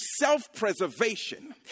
self-preservation